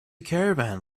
caravan